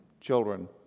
Children